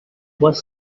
was